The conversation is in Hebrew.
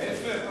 ההיפך,